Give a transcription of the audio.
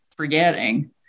Forgetting